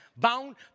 bound